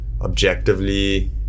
objectively